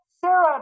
Sarah